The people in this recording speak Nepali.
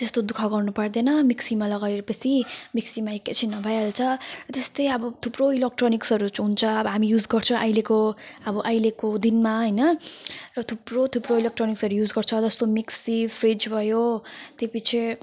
त्यस्तो दुख गर्नु पर्दैन मिक्सीमा लगाएपछि मिक्सीमा एकैछिनमा भइहाल्छ त्यस्तै अब थुप्रो इलेक्ट्रोनिक्सहरू हुन्छ अब हामी युज गर्छौँ अहिलेको अब अहिलेको दिनमा हैन र थुप्रो थुप्रो इलेक्ट्रोनिक्सहरू युज गर्छौँ जस्तो मिक्सी फ्रिज भयो त्योपछि